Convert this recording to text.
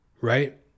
right